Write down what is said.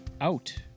Out